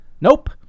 Nope